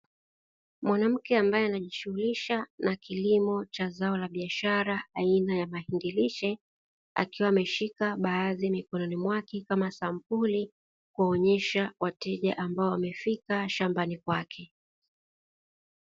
Mwanamke ambaye anajishughulisha na kilimo cha zao la biashara aina ya mahindi lishe, akiwa ameshika baadhi mikononi mwake kama sampuli, kuwaonesha wateja ambao wamefika shambani kwake.